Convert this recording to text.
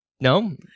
no